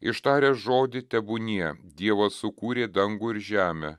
ištaręs žodį tebūnie dievas sukūrė dangų ir žemę